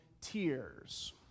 tears